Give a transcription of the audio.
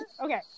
Okay